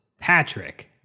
Patrick